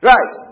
Right